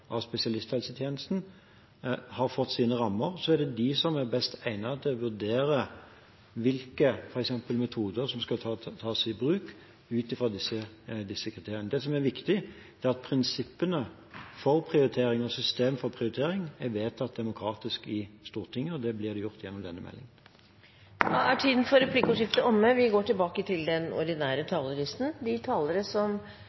av spesialisthelsetjenesten, har fått sine rammer, er det de som er best egnet til å vurdere f.eks. hvilke metoder som skal tas i bruk ut fra disse kriteriene. Det som er viktig, er at prinsippene for prioritering og systemet for prioritering er vedtatt demokratisk i Stortinget, og det blir gjort gjennom denne meldingen. Replikkordskiftet er omme. De talere som